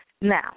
Now